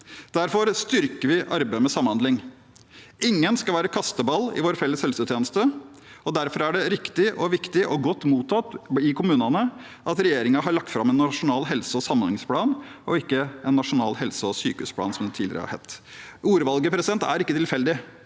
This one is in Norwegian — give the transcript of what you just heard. Derfor styrker vi arbeidet med samhandling. Ingen skal være kasteball i vår felles helsetjeneste, og derfor er det riktig og viktig, og godt mottatt i kommunene, at regjeringen har lagt fram en nasjonal helse- og samhandlingsplan og ikke en nasjonal helse- og sykehusplan, som det tidligere het. Ordvalget er ikke tilfeldig.